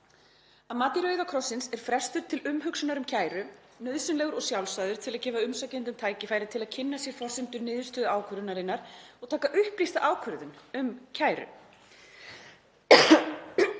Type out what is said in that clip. Að mati Rauða krossins er frestur til umhugsunar um kæru nauðsynlegur og sjálfsagður til að gefa umsækjendum tækifæri til að kynna sér forsendur niðurstöðu ákvörðunarinnar og taka upplýsta ákvörðun um kæru.“